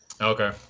Okay